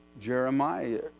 Jeremiah